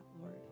Lord